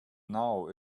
now